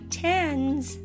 tens